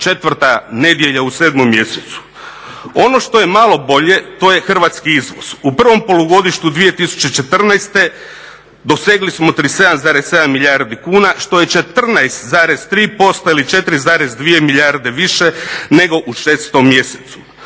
četvrta nedjelja u 7. mjesecu. Ono što je malo bolje, to je hrvatski izvoz. U prvom polugodištu 2014. dosegli smo 37,7 milijardi kuna što je 14,3% ili 4,2 milijarde više nego u 6. mjesecu.